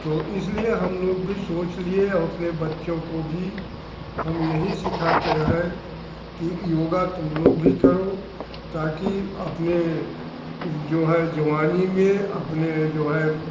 तो इसलिए हम लोग भी सोच लिए अपने बच्चों को भी हम यही सिखाते हैं कि योग तुम लोग भी करो ताकि अपने जो है जवानी में अपने जो हैं